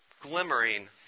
glimmering